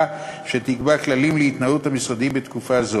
שתקבע כללים להתנהלות המשרדים בתקופה זו.